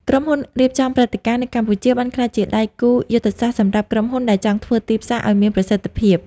ក្រុមហ៊ុនរៀបចំព្រឹត្តិការណ៍ នៅកម្ពុជាបានក្លាយជាដៃគូយុទ្ធសាស្ត្រសម្រាប់ក្រុមហ៊ុនដែលចង់ធ្វើទីផ្សារឱ្យមានប្រសិទ្ធភាព។